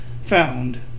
found